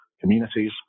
communities